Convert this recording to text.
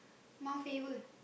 Mount-Faber